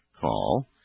call